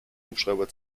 hubschrauber